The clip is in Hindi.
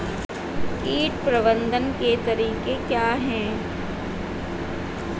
कीट प्रबंधन के तरीके क्या हैं?